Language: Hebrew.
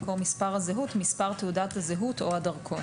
במקום מספר הזהות "מספר תעודת הזהות או הדרכון".